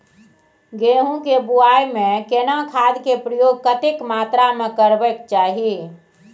गेहूं के बुआई में केना खाद के प्रयोग कतेक मात्रा में करबैक चाही?